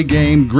game